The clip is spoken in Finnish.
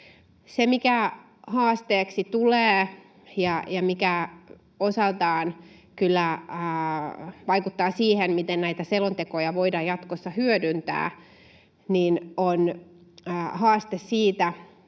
Se, mikä haasteeksi tulee ja mikä osaltaan kyllä vaikuttaa siihen, miten näitä selontekoja voidaan jatkossa hyödyntää, on haaste siitä,